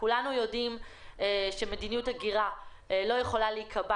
כולנו יודעים שמדיניות הגירה לא יכולה להיקבע